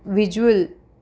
visual